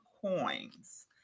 Coins